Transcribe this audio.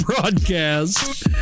broadcast